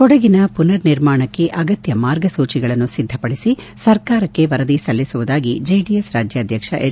ಕೊಡಗಿನ ಪುನರ್ ನಿರ್ಮಾಣಕ್ಕೆ ಅಗತ್ಯ ಮಾರ್ಗಸೂಚಿಗಳನ್ನು ಸಿದ್ದಪಡಿಸಿ ಸರ್ಕಾರಕ್ಕೆ ವರದಿ ಸಲ್ಲಿಸುವುದಾಗಿ ಜೆಡಿಎಸ್ ರಾಜ್ಯಾಧ್ಯಕ್ಷ ಎಚ್